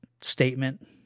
statement